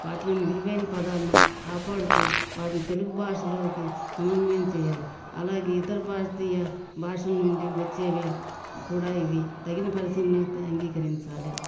వాటిలోని విలువైన పదాలను కాపాడుతూ వాటిని తెలుగు భాషలోకి సమన్వయం చేయాలి అలాగే ఇతర భారతీయ భాషల నుండి వచ్చేవి కూడా ఇవి తగిన పరిశీలనతో అంగీకరించాలి